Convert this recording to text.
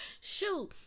shoot